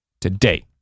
today